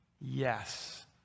Yes